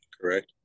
Correct